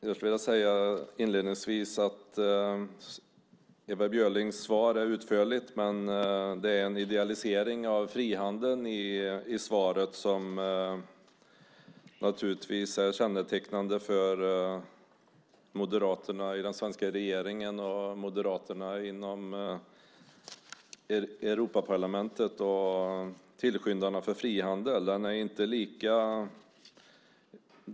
Jag skulle inledningsvis vilja säga att Ewa Björlings svar är utförligt, men det är en idealisering av frihandeln som naturligtvis är kännetecknande för Moderaterna i den svenska regeringen och moderaterna inom Europaparlamentet och tillskyndarna av frihandel.